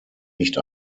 nicht